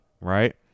right